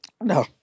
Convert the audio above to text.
No